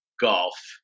golf